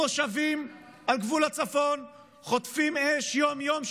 המושבים על גבול הצפון חוטפים אש יום-יום,